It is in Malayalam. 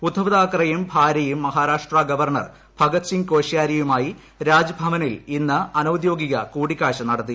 ഉദ്ധവ് താക്കറയും ഭാര്യയും മഹാരാഷ്ട്ര ഗവർണർ ഭഗത് സിംഗ് കോഷ്യാരിയുമായി രാജ്ഭവനിൽ ഇന്ന് അനൌദ്യോഗിക കൂടിക്കാഴ്ച നടത്തി